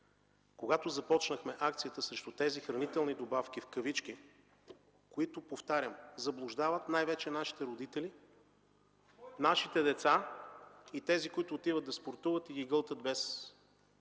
Когато започнахме акцията срещу тези хранителни добавки в кавички, които, повтарям, заблуждават най-вече нашите родители, нашите деца и тези, които отиват да спортуват и ги гълтат без